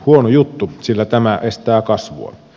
huono juttu sillä tämä estää kasvua